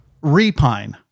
Repine